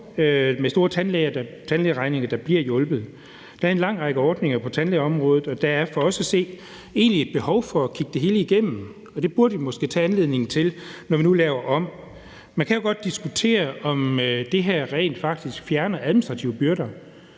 med store tandlægeregninger bliver hjulpet. Der er en lang række ordninger på tandlægeområdet, og der er for os at se egentlig et behov for at kigge det hele igennem, og det burde vi måske bruge anledningen til, når vi nu laver om. Man kan jo godt diskutere, om det her rent faktisk fjerner administrative byrder.